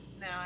No